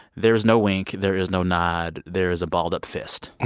there is no wink. there is no nod. there is a balled-up fist.